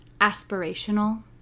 aspirational